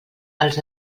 els